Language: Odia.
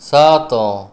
ସାତ